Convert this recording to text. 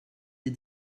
des